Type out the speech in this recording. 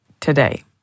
today